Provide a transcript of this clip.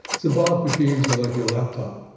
symbolic machines are like your laptop.